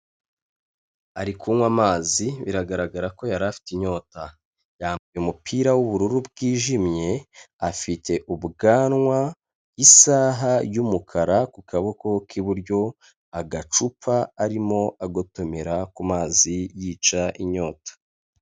Ari kunywa amazi, biragaragara ko yari afite inyota, yambaye umupira w'ubururu bwijimye, afite ubwanwa, isaha y'umukara ku kaboko k'iburyo agacupa arimo agotomera ku mazi yica inyota.